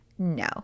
No